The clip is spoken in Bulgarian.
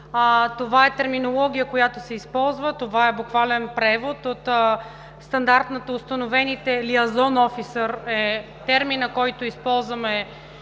това е терминология, която се използва, буквален превод от стандартно установените норми. „Лиазон офисър“ е терминът, който използваме